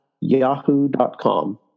yahoo.com